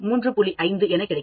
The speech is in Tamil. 05 pH கிடைக்கும்